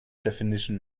definition